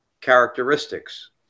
characteristics